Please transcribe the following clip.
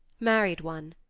married one,